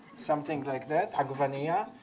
something like that agvenia.